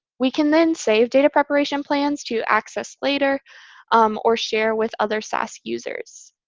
we can then save data preparation plans to access later um or share with other sas users.